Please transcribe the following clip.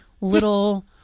little